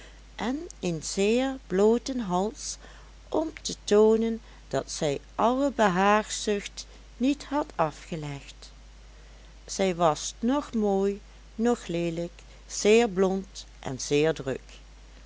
en een zeer blooten hals om te toonen dat zij alle behaagzucht niet had afgelegd zij was noch mooi noch leelijk zeer blond en zeer druk